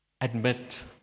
admit